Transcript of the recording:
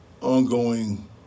ongoing